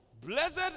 Blessed